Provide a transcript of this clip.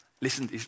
Listen